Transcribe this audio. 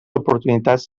oportunitats